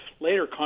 later